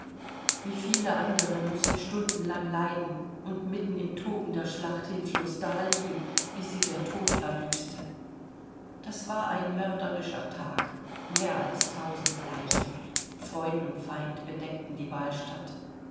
wie viele andere mußten stundenlang leiden und mitten im toben der schlacht hilflos daliegen bis sie der tod erlöste das war ein mörderischer tag mehr als tausend leichen freund und feind bedeckten die wahlstatt